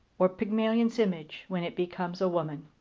or pygmalion's image, when it becomes a woman.